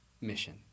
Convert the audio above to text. mission